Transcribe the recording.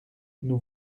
nous